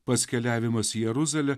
pats keliavimas į jeruzalę